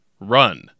Run